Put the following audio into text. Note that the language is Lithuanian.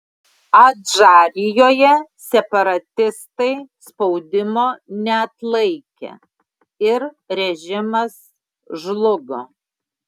adžarijoje separatistai spaudimo neatlaikė ir režimas žlugo